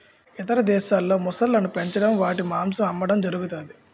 ఇతర దేశాల్లో మొసళ్ళను పెంచడం వాటి మాంసం అమ్మడం జరుగుతది